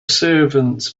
servants